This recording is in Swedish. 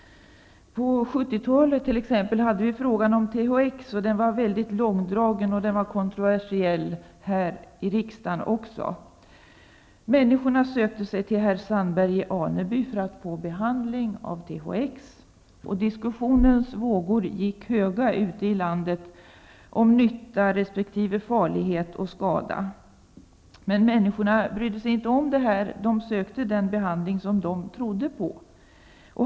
På 70-talet var frågan om THX mycket långdragen och kontroversiell, även här i riksdagen. Människor sökte sig till herr Sandberg i Aneby för att få behandling med THX, och diskussionens vågor gick höga ute i landet om nytta resp. farlighet och skada. Människorna brydde sig inte om det, utan de sökte den behandling som de trodde på.